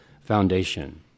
foundation